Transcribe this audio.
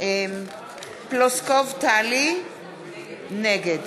טלי פלוסקוב, נגד